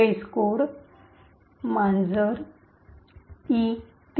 test code मांजर E3